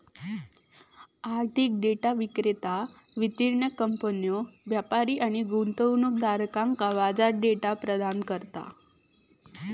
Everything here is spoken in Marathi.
आर्थिक डेटा विक्रेता वित्तीय कंपन्यो, व्यापारी आणि गुंतवणूकदारांका बाजार डेटा प्रदान करता